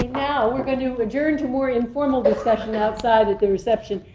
now we're going to adjourn to more informal discussion outside of the reception.